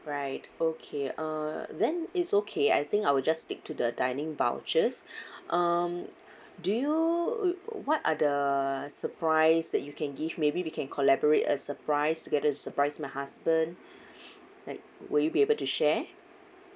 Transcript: right okay uh then it's okay I think I will just stick to the dining vouchers um do you what are the surprise that you can give maybe we can collaborate a surprise to get a surprise my husband like will you be able to share